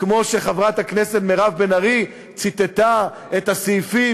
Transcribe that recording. כמו שחברת הכנסת מירב בן ארי ציטטה את הסעיפים